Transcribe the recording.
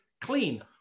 clean